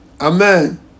Amen